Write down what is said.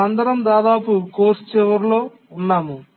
మనం దాదాపు కోర్సు చివరిలో ఉన్నాము